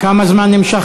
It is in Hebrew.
כמה נמשך